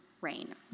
rain